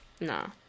no